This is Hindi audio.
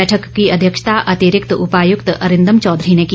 बैठक की अध्यक्षता अतिरिक्त उपायुक्त अरिंदम चौधरी ने की